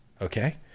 Okay